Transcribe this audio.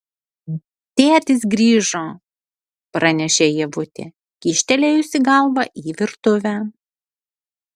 tėtis grįžo pranešė ievutė kyštelėjusi galvą į virtuvę